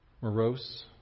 morose